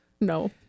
no